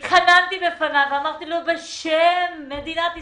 התחננתי בפניו, ואמרתי לו: בשם מדינת ישראל,